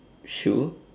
shoe